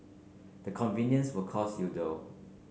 the convenience will cost you though